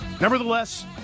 Nevertheless